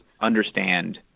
understand